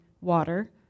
water